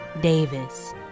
Davis